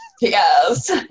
Yes